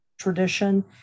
tradition